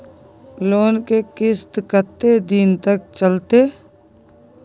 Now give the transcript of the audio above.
Loan के किस्त कत्ते दिन तक चलते?